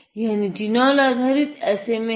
यह निटिनोल आधारित SMA है